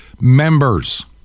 members